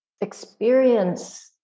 experience